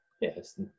Yes